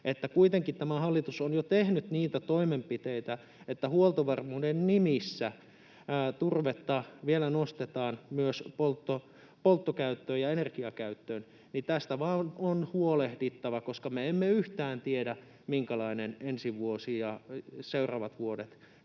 Kuitenkin tämä hallitus on jo tehnyt niitä toimenpiteitä, että huoltovarmuuden nimissä turvetta vielä nostetaan myös polttokäyttöön ja energiakäyttöön, ja tästä vain on huolehdittava, koska me emme yhtään tiedä, minkälainen ensi vuosi ja seuraavat vuodet